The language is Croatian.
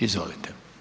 Izvolite.